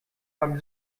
beim